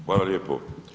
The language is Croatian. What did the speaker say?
Hvala lijepo.